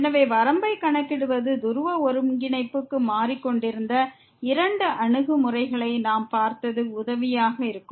எனவே வரம்பை க்கணக்கிடுவது துருவ ஒருங்கிணைப்புக்கு மாறிக் கொண்டிருந்த இரண்டு அணுகுமுறைகளை நாம் பார்த்தது உதவியாக இருக்கும்